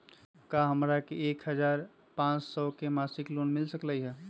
का हमरा के एक हजार पाँच सौ के मासिक लोन मिल सकलई ह?